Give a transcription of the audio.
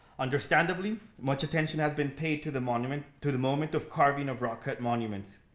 understandably, much attention has been paid to the monument, to the moment of carving of rock cut monuments.